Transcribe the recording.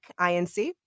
inc